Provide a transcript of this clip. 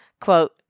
quote